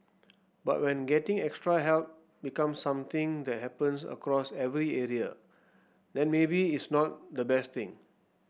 but when getting extra help becomes something that happens across every area then maybe it's not the best thing